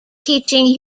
teaching